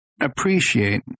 appreciate